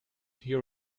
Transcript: your